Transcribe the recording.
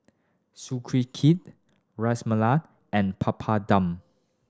Sukiyaki Ras Malai and Papadum